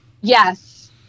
Yes